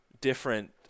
different